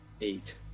Eight